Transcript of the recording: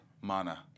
Mana